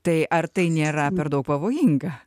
tai ar tai nėra per daug pavojinga